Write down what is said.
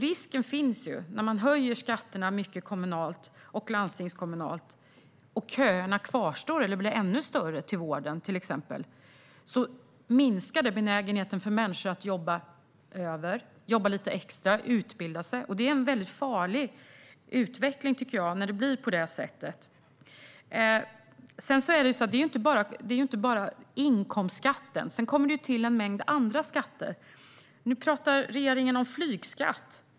När man höjer skatterna mycket kommunalt och landstingskommunalt och köerna kvarstår eller blir ännu längre, till exempel till vården, är risken att det minskar människors benägenhet att jobba över, jobba lite extra och utbilda sig. Det är en farlig utveckling, tycker jag, när det blir på det sättet. Det är inte bara inkomstskatten, utan det kommer till en mängd andra skatter. Nu talar regeringen om flygskatt.